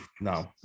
no